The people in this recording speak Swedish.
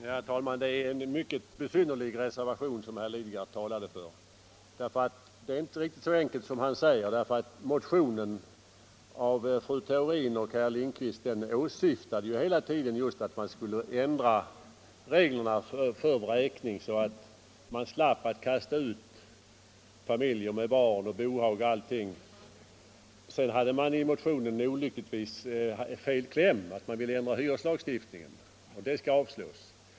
Herr talman! Det är en mycket besynnerlig reservation som herr Lidgard talade för. Det hela är inte riktigt så enkelt som han säger. Motionen av fru Theorin och herr Lindkvist åsyftade just att reglerna för vräkning skulle ändras så att man slapp att kasta ut familjer med barn, bohag och allting. Sedan hade motionen olyckligtvis fått fel kläm. Man ville ändra hyreslagstiftningen. Det skall avslås.